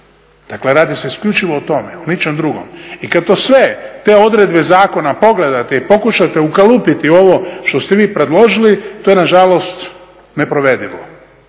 Dakle, radi se isključivo o tome, ničem drugom. I kad to sve, te odredbe zakona pogledate i pokušate ukalupiti u ovo što ste vi predložili to je na žalost neprovedivo